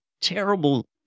terrible